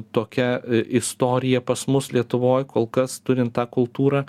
tokia istorija pas mus lietuvoj kol kas turint tą kultūrą